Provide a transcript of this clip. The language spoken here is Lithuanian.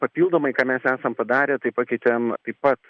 papildomai ką mes esam padarę tai pakeitėm taip pat